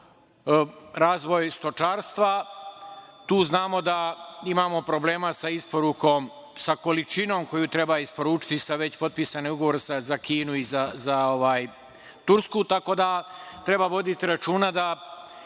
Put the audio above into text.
razvoj stočarstva. Tu znamo da imamo problema sa isporukom, sa količinom koju treba isporučiti sa već potpisanim ugovorima za Kinu i za Tursku. Treba voditi računa da